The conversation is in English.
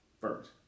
first